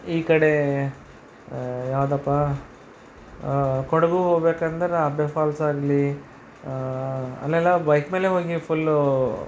ಈ ಕಡೆ ಯಾವುದಪ್ಪ ಕೊಡಗು ಹೋಗ್ಬೇಕೆಂದ್ರೆ ಅಬ್ಬೆ ಫಾಲ್ಸ್ ಅಲ್ಲಿ ಅಲ್ಲೆಲ್ಲ ಬೈಕ್ ಮೇಲೆ ಹೋಗೀವಿ ಫುಲ್ಲೂ